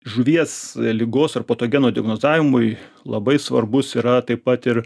žuvies ligos ar patogeno diagnozavimui labai svarbus yra taip pat ir